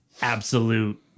absolute